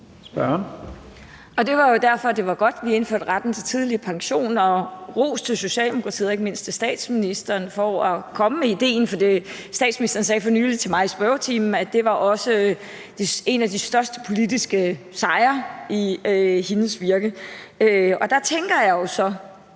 Det var jo derfor, at det var godt, at vi indførte retten til tidlig pension, og ros til Socialdemokratiet og ikke mindst også til statsministeren for at komme med idéen. For statsministeren sagde for nylig til mig i spørgetimen, at det også var en af de største politiske sejre i hendes virke, og der tænker jeg jo så: